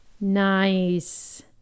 Nice